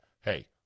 hey